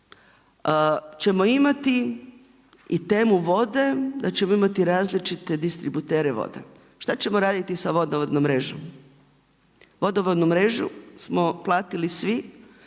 ćemo imati i temu vode da ćemo imati različite distributere vode, šta ćemo raditi sa vodovodnom mrežom? Vodovodnu mrežu smo platili svi